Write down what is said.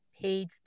page